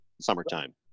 summertime